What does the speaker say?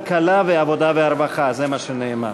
כלכלה ועבודה ורווחה, זה מה שנאמר.